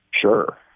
Sure